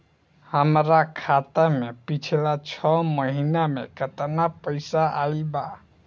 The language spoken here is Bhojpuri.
हमरा खाता मे पिछला छह महीना मे केतना पैसा आईल बा?